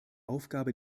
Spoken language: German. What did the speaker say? aufgabe